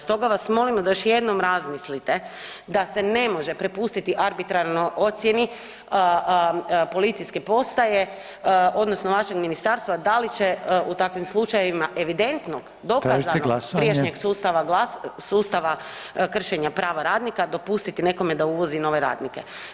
Stoga vas molimo da još jednom razmislite da se ne može prepustiti arbitrarno ocjeni policijske postaje odnosno vašeg ministarstva da li će u takvim slučajevima evidentnog, dokazanog prijašnjeg [[Upadica: Tražite glasovanje?]] sustava kršenja prava radnika dopustiti nekome da uvozi nove radnike.